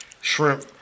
shrimp